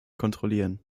kontrollieren